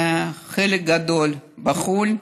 חלק גדול בחו"ל.